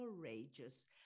courageous